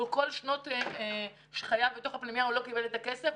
ובמשך כל שנות חייו בתוך הפנימייה הוא לא קיבל את הכסף.